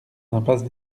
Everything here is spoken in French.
impasse